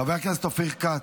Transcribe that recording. חבר הכנסת אופיר כץ.